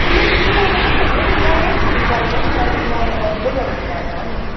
त्यो मेरो पुरानो पनि होइन नि नयाँ फिटिङ गरेको हो नि मैले नयाँ बनाउँदै गरेको घरमा हो नि